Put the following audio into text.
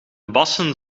bassen